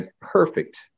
perfect